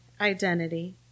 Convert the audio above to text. identity